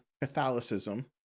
Catholicism